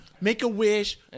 Make-A-Wish